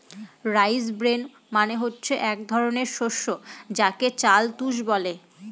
rice bran মানে হচ্ছে এক ধরনের শস্য যাকে চাল তুষ বলে